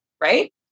right